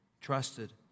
trusted